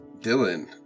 Dylan